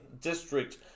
District